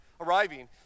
arriving